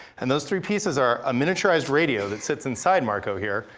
and those three pieces are a miniaturized radio that sits inside marco here,